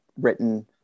written